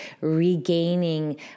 regaining